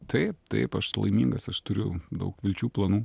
taip taip aš laimingas aš turiu daug vilčių planų